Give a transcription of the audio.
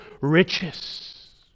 riches